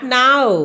now